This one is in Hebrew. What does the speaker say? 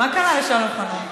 מה קרה לשלום חנוך?